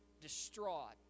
distraught